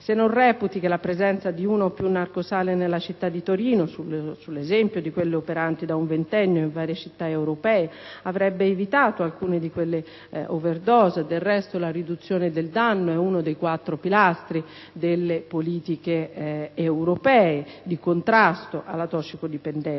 se non reputi che la presenza di una o più narcosale nella città di Torino - sull'esempio di quelle operanti da un ventennio in varie città europee - avrebbe evitato alcune di quelle overdose. Del resto, la riduzione del danno è uno dei quattro pilastri delle politiche europee di contrasto alla tossicodipendenza.